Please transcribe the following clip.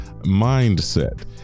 mindset